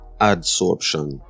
adsorption